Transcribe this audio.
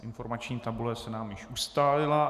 Informační tabule se nám již ustálila.